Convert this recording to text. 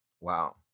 Wow